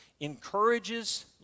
encourages